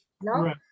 No